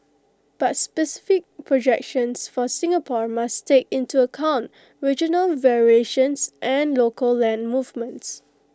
but specific projections for Singapore must take into account regional variations and local land movements